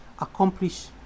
accomplish